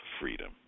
freedom